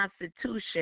Constitution